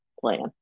plan